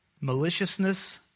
maliciousness